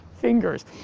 fingers